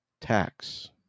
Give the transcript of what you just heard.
tax